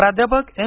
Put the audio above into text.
प्राध्यापक एम